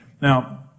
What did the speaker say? Now